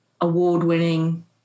award-winning